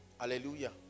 Hallelujah